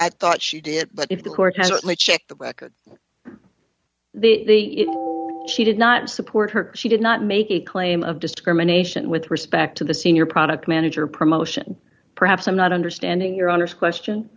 i thought she did it but if the court hasn't checked that the she did not support her she did not make a claim of discrimination with respect to the senior product manager promotion perhaps i'm not understanding your honour's question